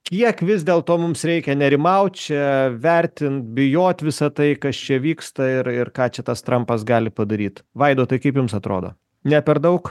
kiek vis dėlto mums reikia nerimaut čia vertint bijot visa tai kas čia vyksta ir ir ką čia tas trampas gali padaryt vaidotai kaip jums atrodo ne per daug